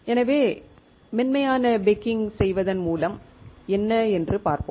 எனவே மென்மையான பேக்கிங் செய்வதன் நன்மை என்ன என்று பார்ப்போம்